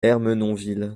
ermenonville